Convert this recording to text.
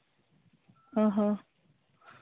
ᱚ ᱦᱚᱸ